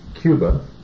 Cuba